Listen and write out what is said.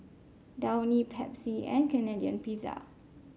Downy Pepsi and Canadian Pizza